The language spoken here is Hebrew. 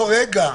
לא, רגע.